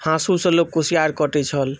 हाँसूसँ लोक कुशियार कटैत छल